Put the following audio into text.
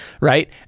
right